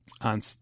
on